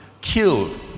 killed